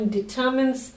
determines